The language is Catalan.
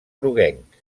groguenc